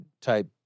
type